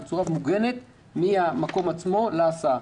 בצורה מוגנת מהמקום עצמו להסעה.